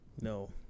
No